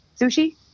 Sushi